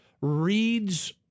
reads